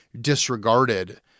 disregarded